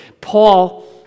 Paul